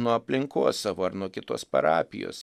nuo aplinkos savo ar nuo kitos parapijos